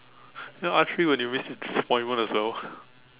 you know archery when you miss it disappointment as well